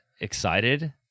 excited